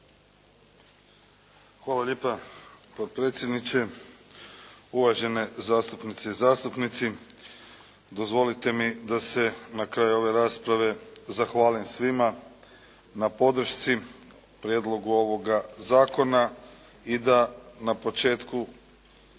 Hvala lijepa potpredsjedniče, uvažene zastupnice i zastupnici dozvolite mi da se na kraju ove rasprave zahvalim svima na podršci prijedlogu ovoga zakona i da na početku